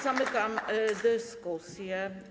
Zamykam dyskusję.